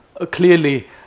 clearly